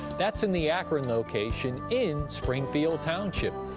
that's in the akron location in springfield township,